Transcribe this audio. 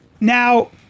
Now